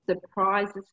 surprises